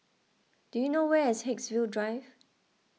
do you know where is Haigsville Drive